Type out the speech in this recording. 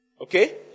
Okay